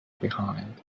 behind